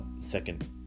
second